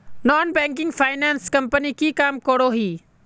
Non banking finance company की काम करोहो?